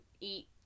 eat